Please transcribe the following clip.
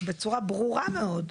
בצורה ברורה מאוד.